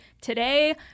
today